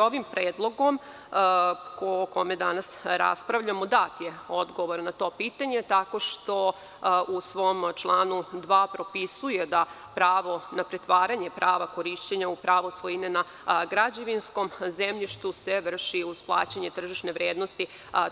Ovim predlogom o kome danas raspravljamo, dat je odgovor na to pitanje tako što u svom članu 2. propisuje da pravo na pretvaranje prava korišćenja u pravo svojine na građevinskom zemljištu se vrši uz plaćanje tržišne vrednosti